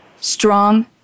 strong